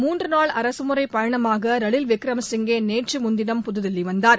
மூன்றுநாள் அரச முறை பயணமாக திரு ரணில் விக்ரம சிங்கே நேற்று முன்தினம் புதுதில்லி வந்தார்